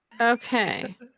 Okay